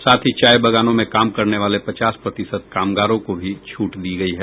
साथ ही चाय बागानों में काम करने वाले पचास प्रतिशत कामगारों को भी छूट दी गई है